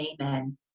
Amen